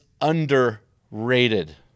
underrated